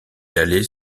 d’aller